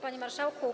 Panie Marszałku!